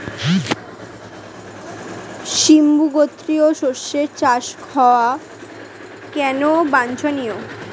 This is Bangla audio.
সিম্বু গোত্রীয় শস্যের চাষ হওয়া কেন বাঞ্ছনীয়?